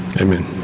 Amen